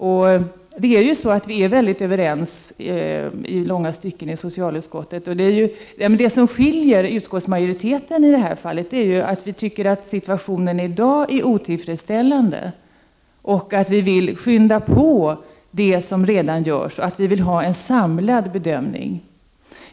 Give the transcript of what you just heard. Ja, det är ju så att vi är överens i långa stycken i socialutskottet, men det som skiljer ut utskottsmajoriteten i det här fallet är att vi tycker att situationen i dag är otillfredsställande och vill skynda på det som redan görs och att vi vill ha en samlad bedömning.